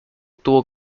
tuvo